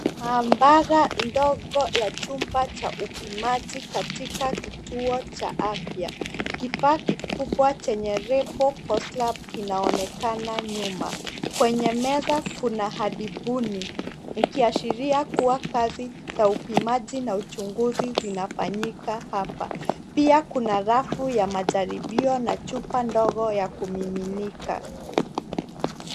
Maabara ndogo ya chumba cha upimaji katika kituo cha afya. Kifaa kikubwa chenye lebo Coslab kinaonekana nyuma. Kwenye meza kuna hadibuni ikiashiria kuwa kazi za upimaji na uchunguzi zinafanyika hapa. Pia kuna rafu ya majaribio na chupa ndogo ya kumiminika.